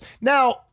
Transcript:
Now